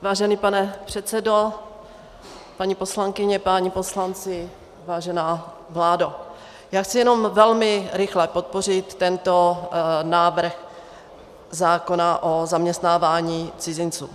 Vážený pane předsedo, paní poslankyně, páni poslanci, vážená vládo, já chci jenom velmi rychle podpořit tento návrh zákona o zaměstnávání cizinců.